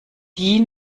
die